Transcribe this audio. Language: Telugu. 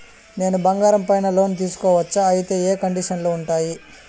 నేను బంగారం పైన లోను తీసుకోవచ్చా? అయితే ఏ కండిషన్లు ఉంటాయి?